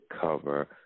cover